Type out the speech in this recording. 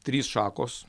trys šakos